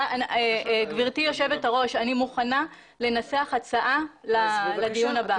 גברתי היושבת ראש, אני מוכנה לנסח הצעה לדיון הבא.